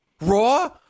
Raw